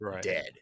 dead